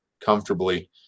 comfortably